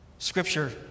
Scripture